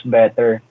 better